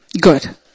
good